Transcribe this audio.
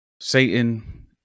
Satan